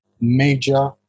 major